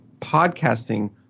podcasting